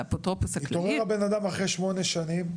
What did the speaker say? לאפוטרופוס הכללי --- התעורר הבנאדם אחרי שמונה שנים?